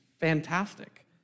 fantastic